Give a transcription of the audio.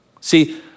See